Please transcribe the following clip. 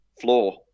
floor